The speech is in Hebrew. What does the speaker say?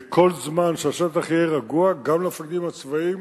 וכל זמן שהשטח יהיה רגוע גם למפקדים הצבאיים